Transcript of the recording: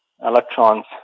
electrons